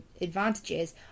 advantages